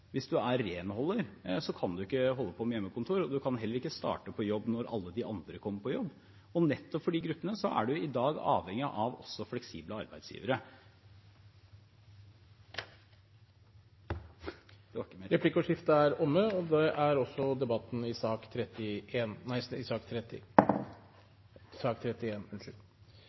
Hvis man er renholder, kan man ikke holde på med hjemmekontor, og man kan heller ikke starte på jobb når alle de andre kommer på jobb. Nettopp for de gruppene er man i dag avhengig av også fleksible arbeidsgivere. Replikkordskiftet er omme. Flere har ikke bedt om ordet til sak nr. 31. Etter ønske fra arbeids- og sosialkomiteen vil presidenten ordne debatten